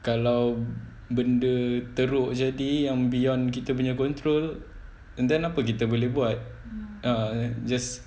kalau benda teruk jadi yang beyond kita punya control and then apa yang kita boleh buat ah just